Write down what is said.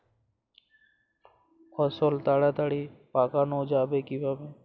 ফসল তাড়াতাড়ি পাকানো যাবে কিভাবে?